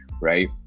Right